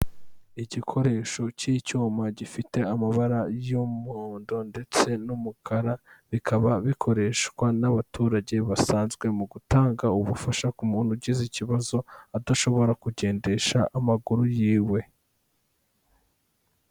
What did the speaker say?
Igikoresho cy'icyuma gifite amabara y'umuhondo ndetse n'umukara bikaba bikoreshwa n'abaturage basanzwe mu gutanga ubufasha ku muntu ugize ikibazo adashobora kugendesha amaguru yiwe.